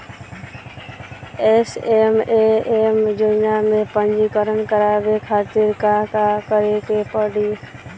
SMAM योजना में पंजीकरण करावे खातिर का का करे के पड़ी?